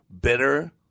bitter